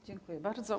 Dziękuję bardzo.